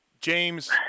James